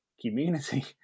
community